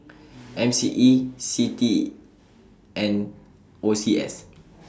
M C E CITI and O C S